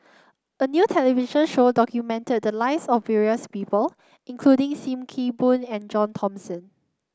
a new television show documented the lives of various people including Sim Kee Boon and John Thomson